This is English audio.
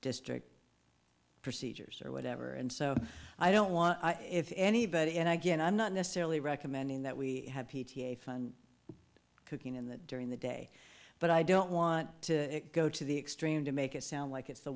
district procedures or whatever and so i don't want if anybody and i get i'm not necessarily recommending that we have p t a fund cooking in the during the day but i don't want to go to the extreme to make it sound like it's the